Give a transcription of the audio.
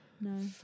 No